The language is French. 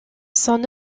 son